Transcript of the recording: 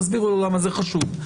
תסבירו לו למה זה חשוב,